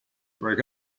break